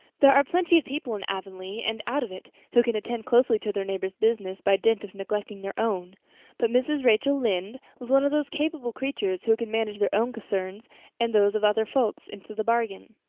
there are plenty of people in avonlea and out of it, who can attend closely to their neighbor's business by dint of neglecting their own but mrs. rachel lynde was one of those capable creatures who can manage their own concerns and those of other folks into the bargain.